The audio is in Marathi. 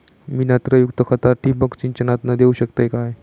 मी नत्रयुक्त खता ठिबक सिंचनातना देऊ शकतय काय?